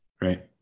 right